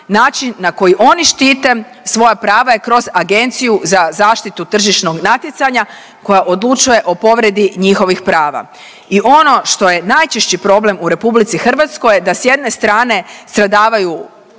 način na koji oni štite svoja prava je kroz Agenciju za zaštitu tržišnog natjecanja koja odlučuje o povredi njihovih prava i ono što je najčešći problem u RH je da s jedne strane stradavaju